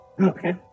Okay